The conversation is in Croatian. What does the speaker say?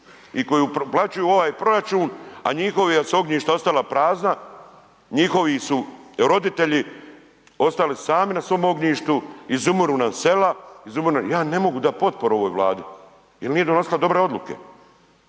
i koji uplaćuju u ovaj proračun, a njihova su ognjišta ostala prazna, njihovi su roditelji ostali sami na svom ognjištu, izumiru nam sela, izumiru. Ja ne mogu dati potporu ovoj Vladi jer nije donosila dobre odluke.